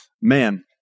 man